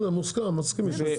בסדר, מוסכם, מסכים איתך.